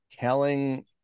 Telling